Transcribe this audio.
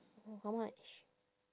how much